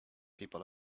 people